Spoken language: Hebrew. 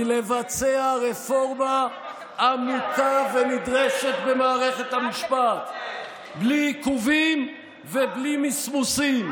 מלבצע רפורמה עמוקה ונדרשת במערכת המשפט בלי עיכובים ובלי מסמוסים.